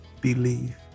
believe